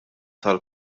tal